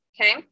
okay